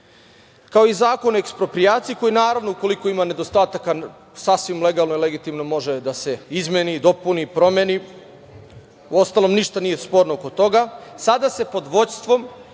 kao i Zakon o eksproprijaciji, koji, naravno, ukoliko ima nedostataka, sasvim legalno i legitimno može da se izmeni, dopuni, promeni, uostalom, ništa nije sporno oko toga, sada se pod vođstvom